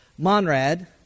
Monrad